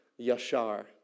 yashar